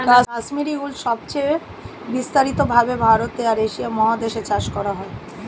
কাশ্মীরি উল সবচেয়ে বিস্তারিত ভাবে ভারতে আর এশিয়া মহাদেশে চাষ করা হয়